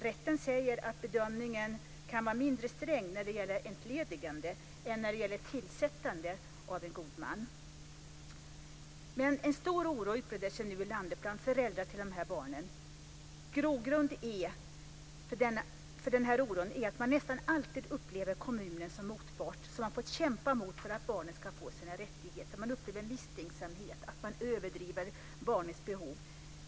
Rätten säger att bedömningen kan vara mindre sträng när det gäller entledigande än när det gäller tillsättande av en god man. En stor oro utbreder sig nu landet bland föräldrar till de här barnen. Grogrund för den här oron är att man nästan alltid upplever kommunen som motpart som man får kämpa mot för att barnet ska få sina rättigheter. Man upplever misstänksamhet om att man överdriver barnets behov.